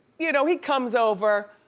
you know, he comes over.